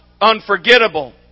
unforgettable